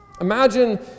Imagine